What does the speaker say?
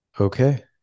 Okay